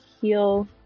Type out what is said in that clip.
heal